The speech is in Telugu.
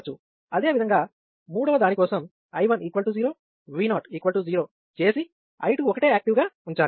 అదేవిధంగా మూడవ దానికోసం I1 0 V0 0 చేసి I2 ఒకటే యాక్టివ్ గా ఉంచాలి